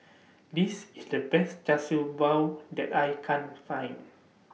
This IS The Best Char Siew Bao that I Can Find